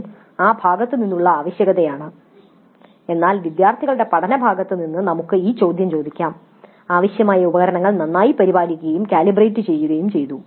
അതും ആ ഭാഗത്തുനിന്നുള്ള ആവശ്യകതയാണ് എന്നാൽ വിദ്യാർത്ഥികളുടെ പഠന ഭാഗത്ത് നിന്ന് നമുക്ക് ഈ ചോദ്യം ചോദിക്കാം "ആവശ്യമായ ഉപകരണങ്ങൾ നന്നായി പരിപാലിക്കുകയും കാലിബ്രേറ്റ് ചെയ്യുകയും ചെയ്തു